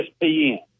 ESPN